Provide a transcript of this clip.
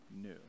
new